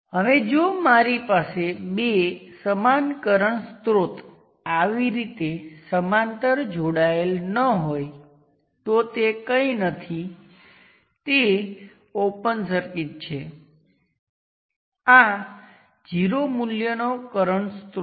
જેમ આપણે પહેલા જોયું કે ડેરિવેશન ગમે તે VL થી ઇન્ડિપેન્ડન્ટ હશે તેથી તે કોઈપણ સર્કિટ પર લાગુ પડે છે તમે ગમે તે કનેક્ટ કરો